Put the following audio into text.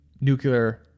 nuclear